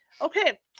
Okay